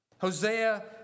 Hosea